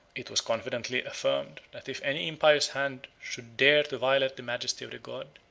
it was confidently affirmed, that if any impious hand should dare to violate the majesty of the god,